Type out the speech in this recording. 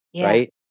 right